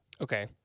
Okay